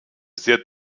sehr